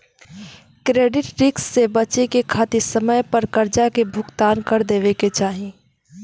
credit risk से बचे खातिर समय पर करजा के भुगतान कर देवे के चाही